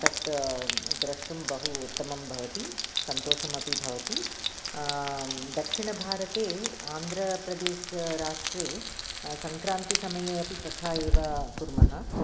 तत् द्रष्टुं बहु उत्तमं भवति सन्तोषमपि भवति दक्षिणभारते आन्ध्र प्रदेशः राष्ट्रे सङ्क्रान्तिः समये अपि तथा एव कुर्मः